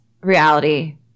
reality